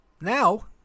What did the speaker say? Now